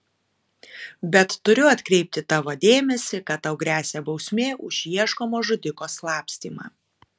bet turiu atkreipti tavo dėmesį kad tau gresia bausmė už ieškomo žudiko slapstymą